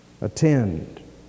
attend